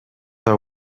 are